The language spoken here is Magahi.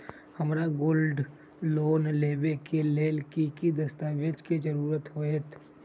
हमरा गोल्ड लोन लेबे के लेल कि कि दस्ताबेज के जरूरत होयेत?